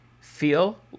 feel